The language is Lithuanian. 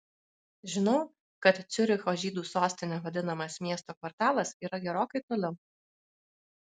žinau kad ciuricho žydų sostine vadinamas miesto kvartalas yra gerokai toliau